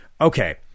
Okay